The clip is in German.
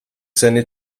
seine